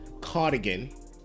cardigan